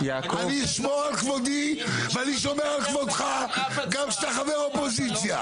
אני אשמור על כבודי ואני שומר על כבודך גם כשאתה חבר אופוזיציה.